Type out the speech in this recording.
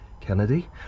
Kennedy